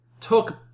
took